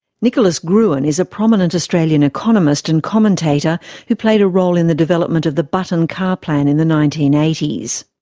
nicholas gruen is a prominent australian economist and commentator who played a role in the development of the button car plan in the nineteen eighty s.